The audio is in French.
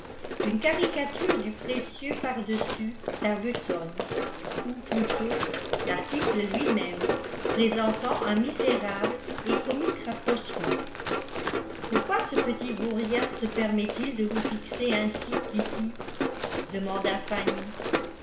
flasques une caricature du précieux pardessus d'arbuton ou plutôt l'article lui-même présentant un misérable et comique rapprochement pourquoi ce petit vaurien se permet-il de vous fixer ainsi kitty demanda fanny